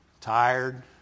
tired